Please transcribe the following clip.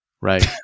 right